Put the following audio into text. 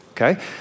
okay